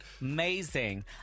amazing